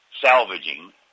salvaging